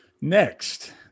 Next